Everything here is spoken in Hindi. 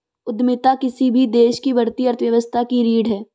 उद्यमिता किसी भी देश की बढ़ती अर्थव्यवस्था की रीढ़ है